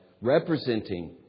representing